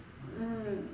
mm